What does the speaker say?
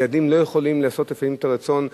ילדים לפעמים לא יכולים לעשות את רצון הוריהם.